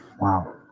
wow